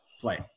play